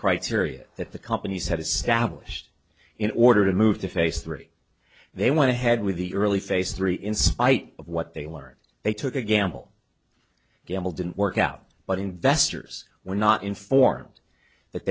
criteria that the companies had established in order to move to face three they want to head with the early phase three in spite of what they learned they took a gamble gamble didn't work out but investors were not informed that